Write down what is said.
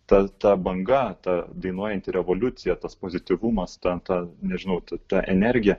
ta ta banga ta dainuojanti revoliucija tas pozityvumas ten ta nežinau ta ta energija